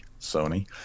Sony